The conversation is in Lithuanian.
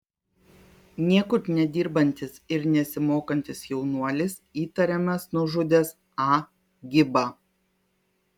niekur nedirbantis ir nesimokantis jaunuolis įtariamas nužudęs a gibą